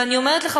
ואני אומרת לך,